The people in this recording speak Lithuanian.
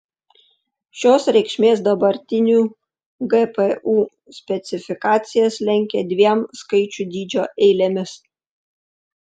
šios reikšmės dabartinių gpu specifikacijas lenkia dviem skaičių dydžio eilėmis